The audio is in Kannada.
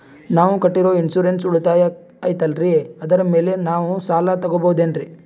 ನಾವು ಕಟ್ಟಿರೋ ಇನ್ಸೂರೆನ್ಸ್ ಉಳಿತಾಯ ಐತಾಲ್ರಿ ಅದರ ಮೇಲೆ ನಾವು ಸಾಲ ತಗೋಬಹುದೇನ್ರಿ?